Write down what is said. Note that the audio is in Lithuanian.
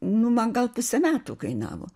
nu man gal pusę metų kainavo